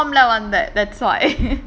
normal ah வந்தேன்:vanthaen that's why